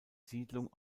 siedlung